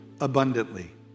abundantly